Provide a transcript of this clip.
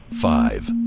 Five